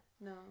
no